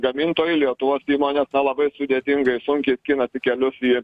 gamintojai lietuvos įmonės labai sudėtingai sunkiai skinasi kelius į